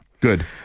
good